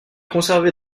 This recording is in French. conservé